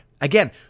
Again